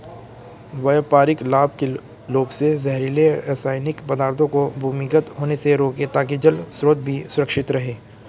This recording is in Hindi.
व्यापारिक लाभ के लोभ से जहरीले रासायनिक पदार्थों को भूमिगत होने से रोकें ताकि जल स्रोत भी सुरक्षित रहे